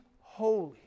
holy